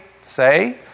say